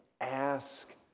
ask